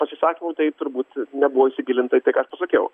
pasisakymų tai turbūt nebuvo įsigilinta į tai ką aš pasakiau